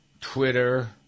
Twitter